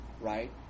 Right